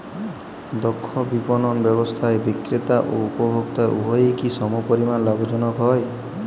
দক্ষ বিপণন ব্যবস্থায় বিক্রেতা ও উপভোক্ত উভয়ই কি সমপরিমাণ লাভবান হয়?